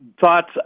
thoughts